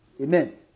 Amen